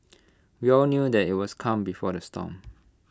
we all knew that IT was calm before the storm